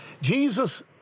Jesus